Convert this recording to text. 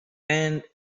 and